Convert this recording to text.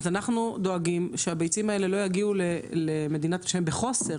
אז אנחנו דואגים שהביצים האלה לא יגיעו למדינה כשהן בחוסר,